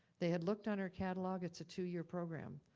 they had looked on our catalog, it's a two-year program.